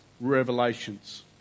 revelations